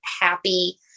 happy